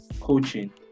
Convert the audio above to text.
coaching